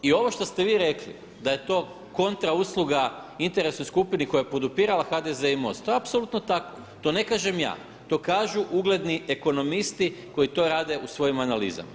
I ovo što ste vi rekli da je to kontra usluga interesnoj skupini koja je podupirala HDZ i MOST, to je apsolutno tako, to ne kažem ja, to kažu ugledni ekonomisti koji to rade u svojim analizama.